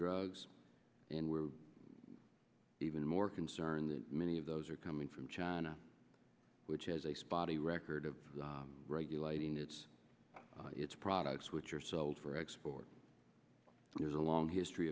drugs and we're even more concerned that many of those are coming from china which has a spotty record of regulating its its products which are sold for export and there's a long history